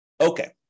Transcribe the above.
Okay